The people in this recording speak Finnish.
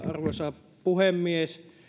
arvoisa puhemies